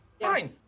fine